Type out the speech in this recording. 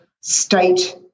state